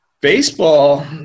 baseball